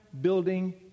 building